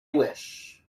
wish